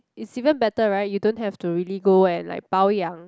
it's even better right you don't have to really go and like 保养